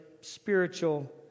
spiritual